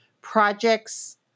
projects